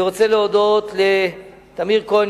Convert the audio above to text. אני רוצה להודות לטמיר כהן,